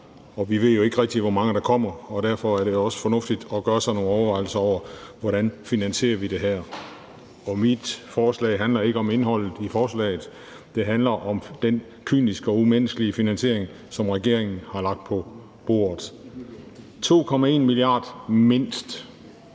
Vi ved jo ikke rigtig, hvor mange der kommer, og derfor er det også fornuftigt at gøre sig nogle overvejelser over, hvordan vi finansierer det. Mit forslag handler ikke om indholdet i lovforslaget. Det handler om den kyniske og umenneskelige finansiering, som regeringen har lagt på bordet. Mindst